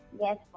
Yes